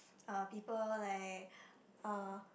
uh people like uh